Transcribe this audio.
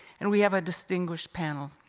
and we have a distinguished panel.